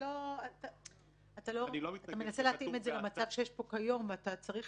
אתה מנסה להתאים את זה למצב שיש פה כיום ואתה צריך